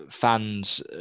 fans